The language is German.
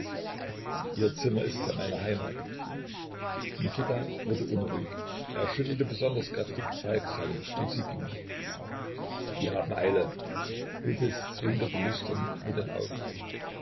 ihr zimmer ist ja meine heimat mikita wurde unruhig er schüttelte besonders kräftig falks hand und sie gingen die haben eile iltis zwinkerte lüstern mit den augen